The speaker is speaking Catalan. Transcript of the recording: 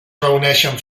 reuneixen